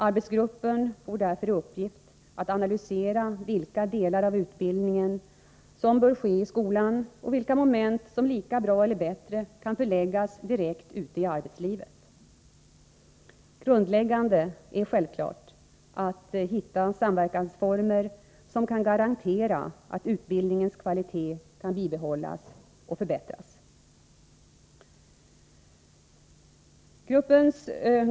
Arbetsgruppen får därför i uppgift att analysera vilka delar av utbildningen som bör ske i skolan och vilka moment som lika bra eller bättre kan förläggas direkt ute i arbetslivet. Grundläggande är självfallet att hitta samverkansformer som kan garantera att utbildningens kvalitet kan bibehållas och förbättras.